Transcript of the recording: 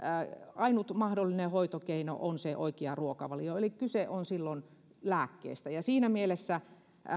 ainut mahdollinen hoitokeino on se oikea ruokavalio eli kyse on silloin lääkkeestä ja siinä mielessä